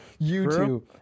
YouTube